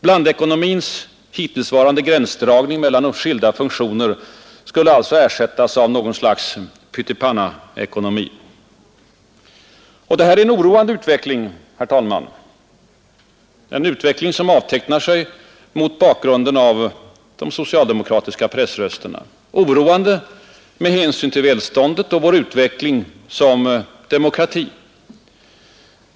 Blandekonomins hittillsvarande gränsdragning mellan skilda funktioner skulle alltså ersättas av något slags ”pytt-i-panna-ekonomi”. Det här är en oroande utveckling, herr talman, en utveckling som avtecknar sig mot bakgrunden av de socialdemokratiska pressrösterna. Oroande med hänsyn till välståndet och vår utveckling som demokrati.